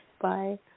Bye